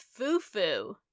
Fufu